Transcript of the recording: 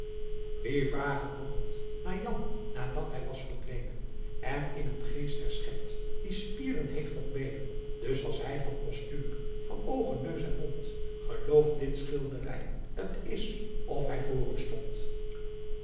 wie vragen mogt naar jan nadat hij was verdwenen en in een geest herschept die spieren heeft noch beenen dus was hij van postuur van oogen neus en mond gelooft dit schilderij t is of hij voor u stond